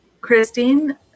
Christine